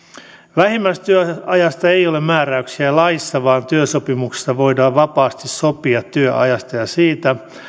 vähimmäistyöajasta ei ole määräyksiä laissa vaan työsopimuksessa voidaan vapaasti sopia työajasta ja siitä